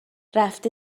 رفته